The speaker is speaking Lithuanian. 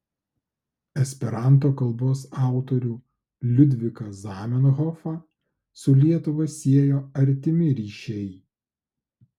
esperanto kalbos autorių liudviką zamenhofą su lietuva siejo artimi ryšiai